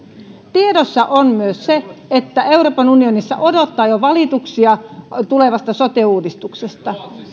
tiedossa on myös se että euroopan unionissa odottaa jo valituksia tulevasta sote uudistuksesta